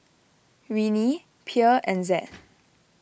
Winnie Pierre and Zed